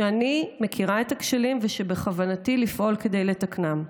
שאני מכירה את הכשלים ושבכוונתי לפעול כדי לתקנם.